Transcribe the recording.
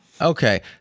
Okay